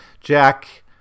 Jack